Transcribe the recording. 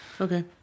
Okay